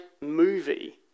movie